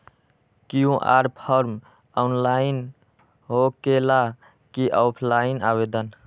QR form online होकेला कि offline आवेदन?